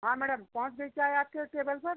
हाँ मैडम पहुँच गई चाय आपके टेबल पर